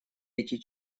эти